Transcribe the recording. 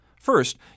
First